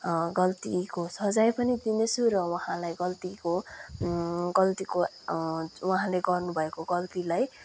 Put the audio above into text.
गल्तीको सजाय पनि दिनेछु र उहाँलाई गल्तीको गल्तीको उहाँले गर्नुभएको गल्तीलाई